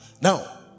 Now